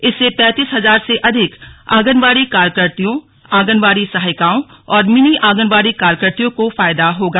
इससे पैतीस हजार से अधिक आंगनवाड़ी कार्यकर्रियों आंगनवाड़ी सहायिकाओं और मिनी आंगनवाड़ी कार्यकर्वियों को फायदा होगा